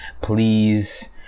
Please